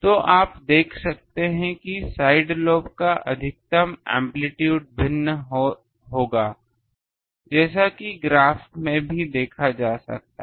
तो अब आप देख सकते हैं कि साइड लोब का अधिकतम एम्पलीटूड भिन्न होगा जैसा कि ग्राफ में भी देखा जा सकता है